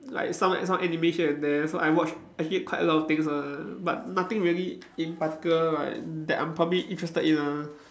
like some some anime here and there so I watch actually quite a lot of things one but nothing really in particular like that I'm probably interested in ah